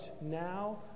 now